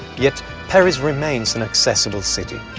yet paris remains an accessible city,